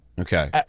Okay